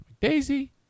Daisy